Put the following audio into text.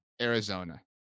Arizona